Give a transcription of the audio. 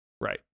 right